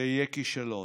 יהיה כישלון.